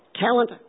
Talent